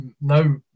no